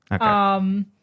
Okay